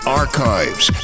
archives